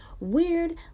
weird